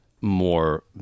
more